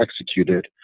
executed